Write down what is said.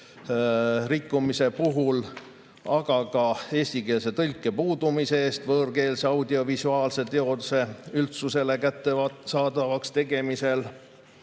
rikkumiste puhul, aga ka eestikeelse tõlke puudumise eest võõrkeelse audiovisuaalse teose üldsusele kättesaadavaks tegemisel,